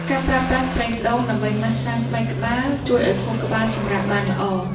ការប្រើប្រាស់ប្រេងដូងដើម្បីម៉ាស្សាស្បែកក្បាល ជួយឱ្យខួរក្បាលសម្រាកបានល្អ។